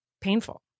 painful